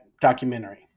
documentary